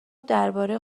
درباره